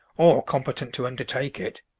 or competent to undertake it,